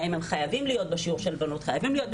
האם הם חייבים להיות בשיעור של בנות או של בנים.